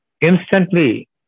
Instantly